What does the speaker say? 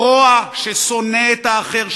הרוע ששונא את האחר,